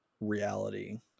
reality